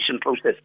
process